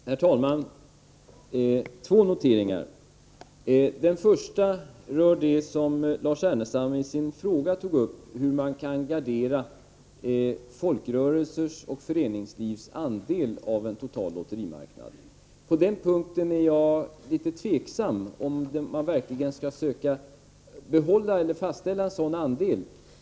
Herr talman! Får jag göra två noteringar. Den första rör det som Lars Ernestam i sin fråga tog upp, hur man kan gardera folkrörelsers och föreningslivs andel av en total lotterimarknad. Jag är litet tveksam till om man verkligen skall försöka fastställa en sådan andel.